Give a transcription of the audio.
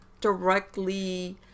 directly